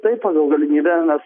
tai pagal galimybę mes